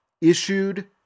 issued